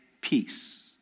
peace